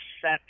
set